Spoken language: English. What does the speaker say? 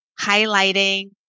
highlighting